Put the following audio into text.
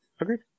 Agreed